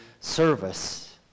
service